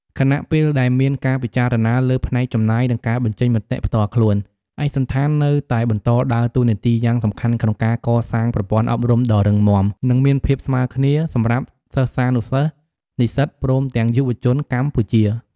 ខណៈពេលដែលមានការពិចារណាលើផ្នែកចំណាយ និងការបញ្ចេញមតិផ្ទាល់ខ្លួន ឯកសណ្ឋាននៅតែបន្តដើរតួនាទីយ៉ាងសំខាន់ក្នុងការកសាងប្រព័ន្ធអប់រំដ៏រឹងមាំ និងមានភាពស្មើគ្នាសម្រាប់សិស្សានិសិស្ស និស្សិត ព្រមទាំងយុវជនកម្ពុជា។